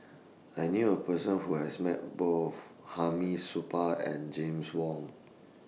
I knew A Person Who has Met Both Hamid Supaat and James Wong